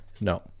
no